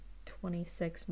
Twenty-six